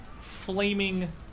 flaming